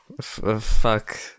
Fuck